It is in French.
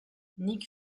nick